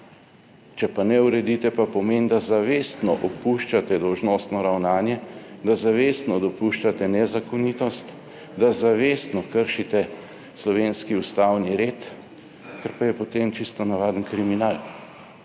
Če pa ne uredite pa pomeni, da zavestno opuščate dolžnostno ravnanje, da zavestno dopuščate nezakonitost, da zavestno kršite slovenski ustavni red, kar pa je potem čisto navaden kriminal